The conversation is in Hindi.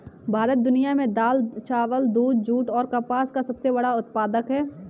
भारत दुनिया में दाल, चावल, दूध, जूट और कपास का सबसे बड़ा उत्पादक है